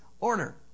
order